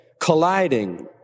colliding